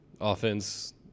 offense